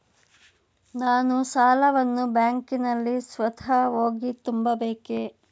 ನಾನು ಸಾಲವನ್ನು ಬ್ಯಾಂಕಿನಲ್ಲಿ ಸ್ವತಃ ಹೋಗಿ ತುಂಬಬೇಕೇ?